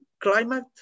climate